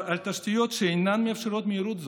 על תשתיות שאינן מאפשרות מהירות זו,